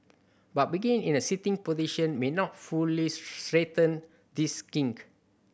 but begin in a sitting position may not fully straighten this kink